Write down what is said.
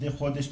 מדי חודש,